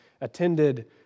attended